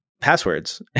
passwords